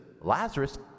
Lazarus